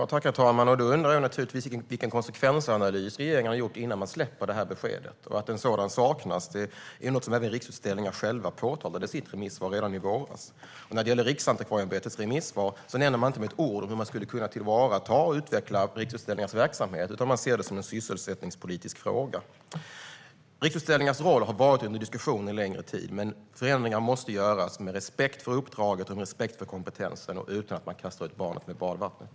Herr talman! Jag undrar vilken konsekvensanalys regeringen har gjort innan man släpper detta besked. Att en sådan saknas påtalade Riksutställningar i sitt remissvar redan i våras. I Riksantikvarieämbetets remissvar nämns inte med ett ord hur man ska tillvarata och utveckla Riksutställningars verksamhet, utan man ser det som en sysselsättningspolitisk fråga. Riksutställningars roll har varit under diskussion en längre tid, men förändringar måste göras med respekt för uppdraget och kompetensen och utan att man kastar ut barnet med badvattnet.